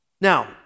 Now